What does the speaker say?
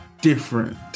different